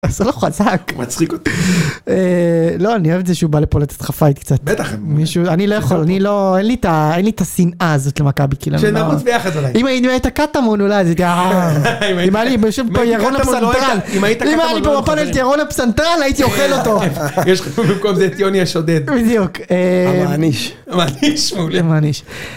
מסלול חזק. מצחיק אותי. לא אני אוהב את זה שהוא בא לפה לתת לך פייט קצת, בטח. אני לא יכול, אין לי את השנאה הזאת למכבי בכלל. כשנרוץ ביחד אולי. אם היית קטמון אולי, אם הייתי בישוב פה ירון אבסנטרל, אם הייתי פה בפאנל ירון אבסנטרל הייתי אוכל אותו. יש לך במקום זה את יוני השודד. בדיוק. המעניש, המעניש מעולה.